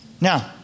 Now